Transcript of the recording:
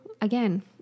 again